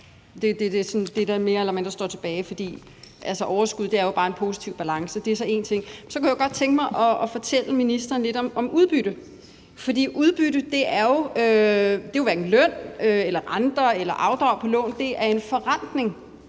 det, der mere eller mindre står tilbage, for overskud er jo bare en positiv balance. Det er så en ting. Så kunne jeg godt tænke mig at fortælle ministeren lidt om udbytte, for udbytte er jo hverken løn eller renter eller afdrag på lån. Det er en forrentning